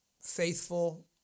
faithful